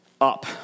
up